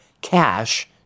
cash